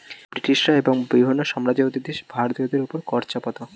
ব্রিটিশরা এবং বিভিন্ন সাম্রাজ্যবাদী দেশ ভারতীয়দের উপর কর চাপাতো